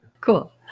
Cool